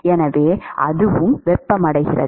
எனவே அதுவும் வெப்பமடைகிறது